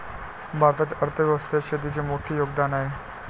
भारताच्या अर्थ व्यवस्थेत शेतीचे मोठे योगदान आहे